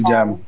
Jam